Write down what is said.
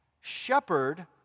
shepherd